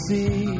See